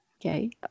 Okay